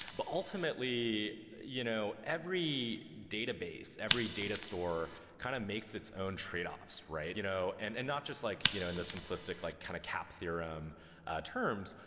but ultimately, you know every database, every data store kind of makes its own trade-offs, right? you know and and not just like you know in the simplistic like kind of cap theorem terms,